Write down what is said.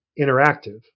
interactive